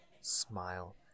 smile